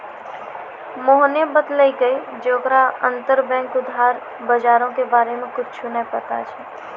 मोहने बतैलकै जे ओकरा अंतरबैंक उधार बजारो के बारे मे कुछु नै पता छै